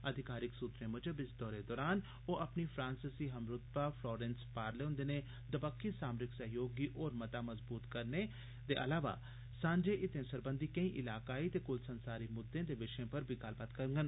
अधिकारिक सूत्रें मूजब इस दौरे दरान ओ अपनी फ्रांसिसी हमरूतबा फ्लोरेंस पारले हुंदे नै दबक्खी सामरिक सैह्योग गी होर मता मजबूत करने दे इलावा सांझे हितें सरबंघी कोई हलाकाई ते कुल संसारी मुद्दे ते विषयें पर बी गल्लबात करगंन